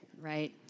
right